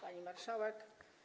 Pani Marszałek!